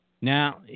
Now